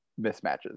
mismatches